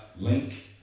link